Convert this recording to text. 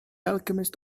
alchemist